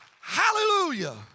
Hallelujah